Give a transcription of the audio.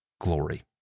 glory